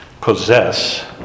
possess